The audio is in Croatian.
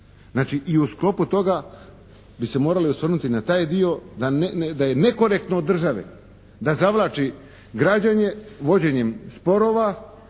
Znači i u sklopu toga bi se morali osvrnuti na taj dio da nekorektno od države da zavlači građane vođenjem sporova